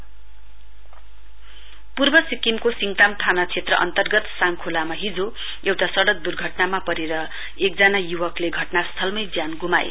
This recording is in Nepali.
एकसिडेन्ट पूर्व सिक्किमको सिङताम थाना क्षेत्र अन्तर्गत साङ खोलामा हिजो एउटा सड़क दुर्घटनामा परेर एकजना युवकको घटनास्थालमै ज्यान गुमाए